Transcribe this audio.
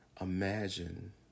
Imagine